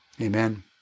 Amen